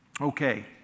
Okay